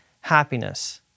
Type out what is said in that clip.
happiness